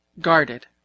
guarded